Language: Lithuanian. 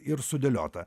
ir sudėliota